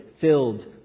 filled